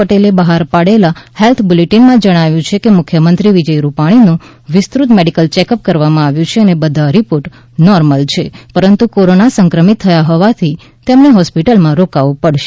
પટેલે બહાર પાડેલા હેલ્થ બુલેટિનમાં જણાવાયું છે કે મુખ્યમંત્રી વિજય રૂપાણીનું વિસ્તૃત મેડિકલ ચેકઅપ કરવામાં આવ્યું છે અને બધા રિપોર્ટ નોર્મલ છે પરંતુ કોરોના સંક્રમિત થયા હોવાથી તેમણે હોસ્પિટલમાં રોકાવું પડશે